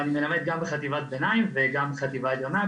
אני מלמד גם בחטיבת ביניים וגם בחטיבה עליונה.